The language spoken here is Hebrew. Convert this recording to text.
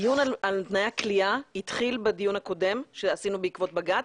הדיון על תנאי הכליאה התחיל בדיון הקודם שעשינו בעקבות בג"ץ,